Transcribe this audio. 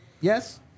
Yes